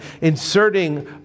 inserting